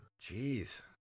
Jeez